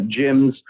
gyms